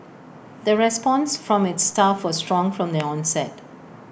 the response from its staff was strong from the onset